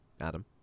Adam